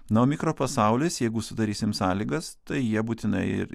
na o mikropasaulis jeigu sudarysim sąlygas tai jie būtinai ir